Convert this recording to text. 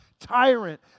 tyrant